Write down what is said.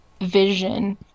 Vision